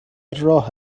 راه